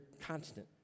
constant